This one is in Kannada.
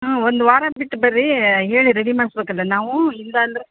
ಹ್ಞೂ ಒಂದು ವಾರ ಬಿಟ್ಟು ಬನ್ರಿ ಹೇಳಿ ರೆಡಿ ಮಾಡ್ಸ್ಬೇಕು ಅದ್ನ ನಾವು ಇಲ್ಲ ಅಂದರೆ